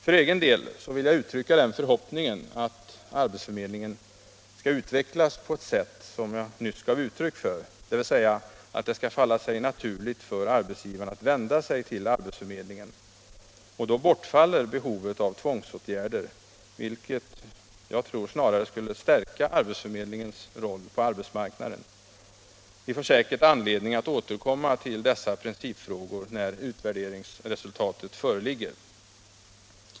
För egen del vill jag uttrycka den förhoppningen, att arbetsförmedlingen skall utvecklas på det sätt som jag nyss gav uttryck för, dvs. att det skall falla sig naturligt för arbetsgivarna att vända sig till arbetsförmedlingen. Då bortfaller behovet av tvångsåtgärder, vilket jag tror snarare skulle stärka arbetsförmedlingens roll på arbetsmarknaden. Vi får säkert anledning att återkomma till dessa principfrågor när utvärderingsresultatet föreligger.